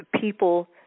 people